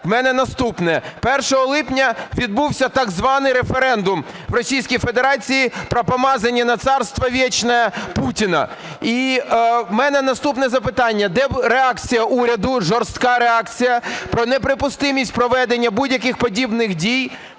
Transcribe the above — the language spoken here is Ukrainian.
у мене наступне. Першого липня відбувся так званий референдум в Російській Федерації про помазання на царство вечное Путіна. І в мене наступне запитання. Де реакція уряду, жорстка реакція, про неприпустимість проведення будь-яких подібних дій